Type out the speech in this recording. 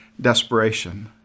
desperation